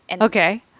Okay